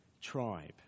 tribe